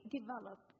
develop